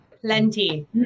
plenty